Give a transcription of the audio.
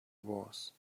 was